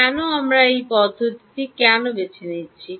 কেন আমরা এই পদ্ধতিটি কেন বেছে নিচ্ছি